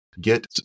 Get